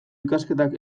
ikasketak